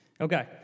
Okay